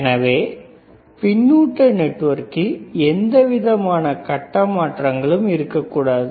எனவே பின்னூட்ட நெட்வொர்க்கில் எந்தவிதமான கட்ட மாற்றங்களும் இருக்கக்கூடாது